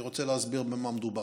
אני רוצה להסביר במה מדובר.